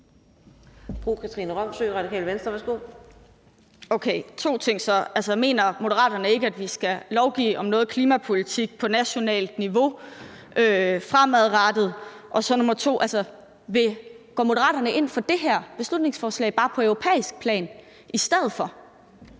første, mener Moderaterne ikke, at vi skal lovgive om noget klimapolitik på nationalt niveau fremadrettet? Og for det andet, går Moderaterne ind for det her beslutningsforslag bare på europæisk plan i stedet for?